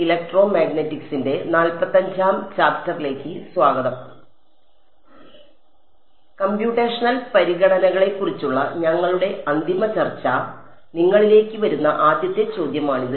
അതിനാൽ കമ്പ്യൂട്ടേഷണൽ പരിഗണനകളെക്കുറിച്ചുള്ള ഞങ്ങളുടെ അന്തിമ ചർച്ച അതിനാൽ നിങ്ങളിലേക്ക് വരുന്ന ആദ്യത്തെ ചോദ്യമാണിത്